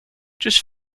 just